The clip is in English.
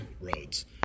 roads